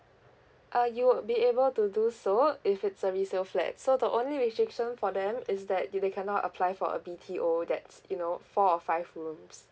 uh you would be able to do so if it's a resale flat so the only restriction for them is that they they cannot apply for a B_T_O that's you know four or five rooms